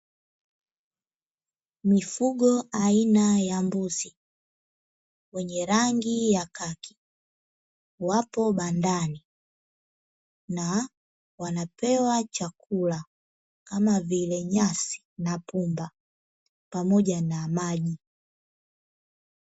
Mifugo aina ya mbuzi mwenye rangi ya kaki wapo bandani na wanapewa chakula kama vile nyasi na pumba pamoja na maji.